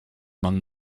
among